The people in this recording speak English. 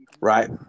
Right